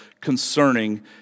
concerning